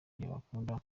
ntibakunda